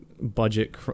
budget